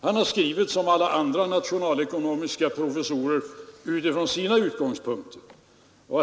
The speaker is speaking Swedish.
Han har skrivit, som alla andra nationalekonomiska professorer, utifrån sina utgångspunkter.